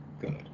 good